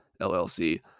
LLC